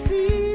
See